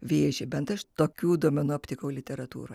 vėžį bent aš tokių duomenų aptikau literatūroje